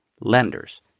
lenders